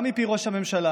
גם מפי ראש הממשלה